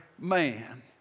man